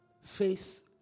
Faith